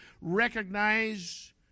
recognize